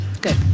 good